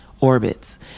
orbits